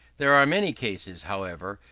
there are many cases, however,